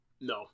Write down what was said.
No